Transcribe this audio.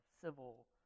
civil